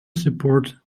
support